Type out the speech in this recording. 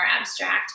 abstract